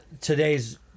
today's